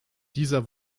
dieser